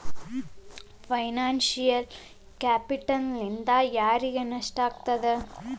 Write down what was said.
Financial ಕ್ಯಾಪಿಟಲ್ನಿಂದಾ ಯಾರಿಗ್ ನಷ್ಟ ಆಗ್ತದ?